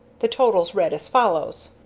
the totals read as follows